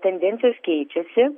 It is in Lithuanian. tendencijos keičiasi